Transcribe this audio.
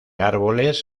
árboles